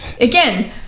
Again